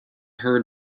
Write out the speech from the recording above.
heard